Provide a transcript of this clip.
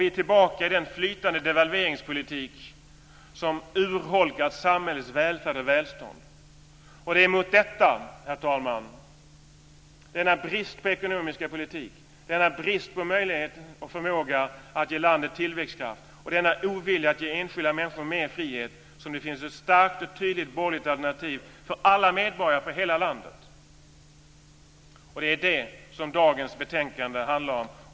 Vi är tillbaka i den flytande devalveringspolitik som urholkat samhällets välfärd och välstånd. Det är mot detta, herr talman, denna brist på ekonomisk politik, denna brist på möjlighet och förmåga att ge landet tillväxtkraft och denna ovilja att ge enskilda människor mer frihet som det finns ett starkt och tydligt borgerligt alternativ för alla medborgare i hela landet. Det är vad dagens betänkande handlar om.